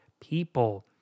people